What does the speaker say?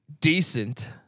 decent